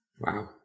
wow